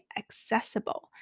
accessible